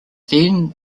then